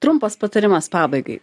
trumpas patarimas pabaigai